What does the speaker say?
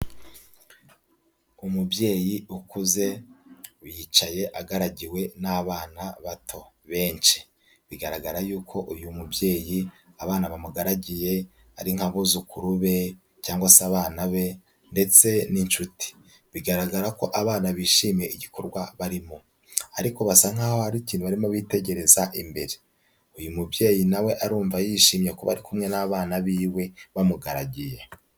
Umubyeyi ukuze yicaye agaragiwe n'abana bato benshi, bigaragara yuko uyu mubyeyi abana bamugaragiye ari nk'abuzukuru be cyangwa se abana be ndetse n'inshuti, bigaragara ko abana bishimiye igikorwa barimo, ariko basa nkaho hari ikintu barimo bitegereza imbere, uyu mubyeyi na we arumva yishimye kuba ari kumwe n'abana biwe bamugaragiye.